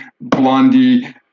Blondie